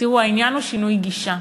תראו, העניין הוא שינוי גישה.